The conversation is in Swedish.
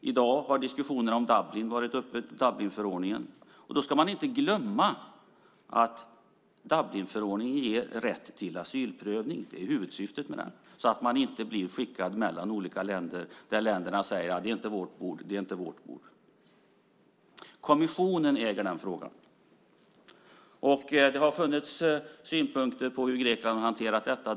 I dag har vi diskuterat Dublinförordningen. Då ska man inte glömma att Dublinförordningen ger rätt till asylprövning - det är huvudsyftet med den - så att man inte blir skickad mellan olika länder som inte vill ta ansvar. Kommissionen äger den frågan. Det har funnits synpunkter på hur Grekland har hanterat detta.